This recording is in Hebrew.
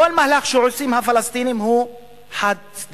כל מהלך שעושים הפלסטינים הוא חד-צדדי,